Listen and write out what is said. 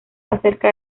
acerca